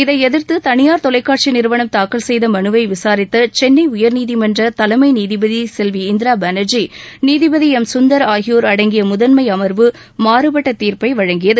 இதை எதிர்த்து தனியார் தொலைக்காட்சி நிறுவனம் தாக்கல் செய்த மனுவை விசாரித்த சென்னை உயர்நீதிமன்ற தலைமை நீதிபதி இந்திரா பானர்ஜி நீதிபதி எம் சுந்தர் ஆகியோர் அடங்கிய முதன்மை அமர்வு மாறுப்பட்ட தீர்ப்பை வழங்கியது